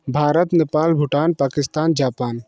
Bharat Nepal Bhutan Pakistan Japan